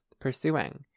pursuing